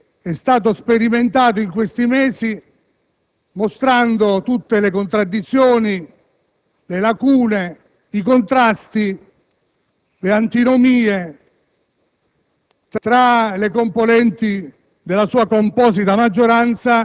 che illustrò a maggio in quest'Aula e che è stato sperimentato in questi mesi mostrando tutte le contraddizioni, le lacune, i contrasti, le antinomie